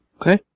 Okay